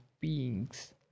beings